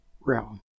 realm